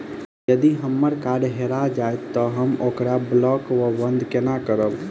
यदि हम्मर कार्ड हरा जाइत तऽ हम ओकरा ब्लॉक वा बंद कोना करेबै?